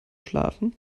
schlafen